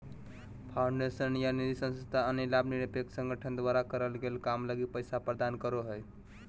foundation या निधिसंस्था अन्य लाभ निरपेक्ष संगठन द्वारा करल गेल काम लगी पैसा प्रदान करो हय